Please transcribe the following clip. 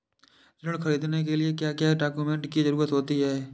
ऋण ख़रीदने के लिए क्या क्या डॉक्यूमेंट की ज़रुरत होती है?